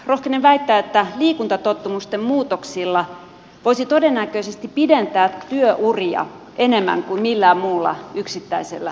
rohkenen väittää että liikuntatottumusten muutoksilla voisi todennäköisesti pidentää työuria enemmän kuin millään muulla yksittäisellä toimenpiteellä